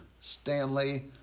Stanley